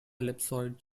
ellipsoid